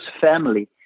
family